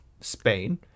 Spain